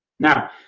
Now